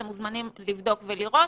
אתם מוזמנים לבדוק ולראות.